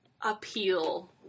appeal